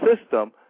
system